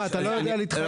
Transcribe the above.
מה אתה לא יודע להתחייב